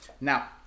Now